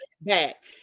back